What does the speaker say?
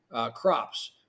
crops